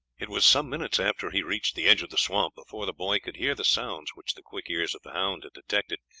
it was some minutes after he reached the edge of the swamp before the boy could hear the sounds which the quick ears of the hound had detected.